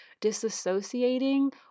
disassociating